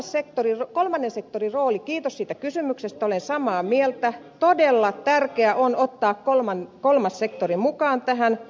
kolmannen sektorin roolista kiitos siitä kysymyksestä olen samaa mieltä että on todella tärkeää ottaa kolmas sektori mukaan tähän